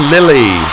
Lily